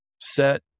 set